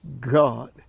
God